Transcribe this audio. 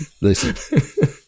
listen